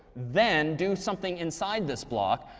then do something inside this block.